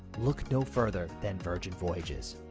look no further than virgin voyages.